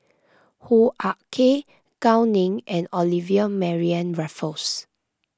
Hoo Ah Kay Gao Ning and Olivia Mariamne Raffles